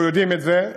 אנחנו יודעים את זה.